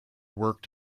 worked